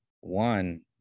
one